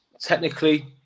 technically